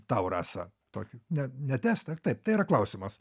tau rasa tokį ne ne testą taip tai yra klausimas